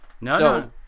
No